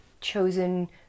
chosen